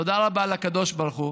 תודה רבה לקדוש ברוך הוא,